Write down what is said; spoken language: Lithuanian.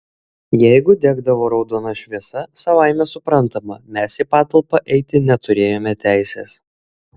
jeigu degdavo raudona šviesa savaime suprantama mes į patalpą eiti neturėjome teisės